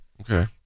Okay